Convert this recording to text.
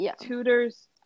tutors